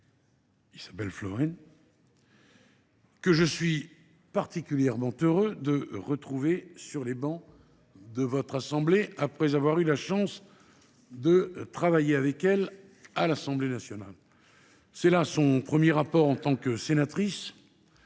Isabelle Florennes, que je suis particulièrement heureux de retrouver sur les travées de votre Haute Assemblée après avoir eu la chance de travailler avec elle à l’Assemblée nationale. Il s’agit de son premier rapport en tant que sénatrice